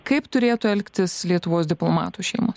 kaip turėtų elgtis lietuvos diplomatų šeimos